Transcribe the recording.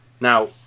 now